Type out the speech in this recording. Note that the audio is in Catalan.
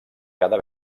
cada